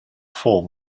four